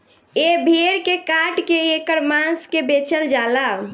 ए भेड़ के काट के ऐकर मांस के बेचल जाला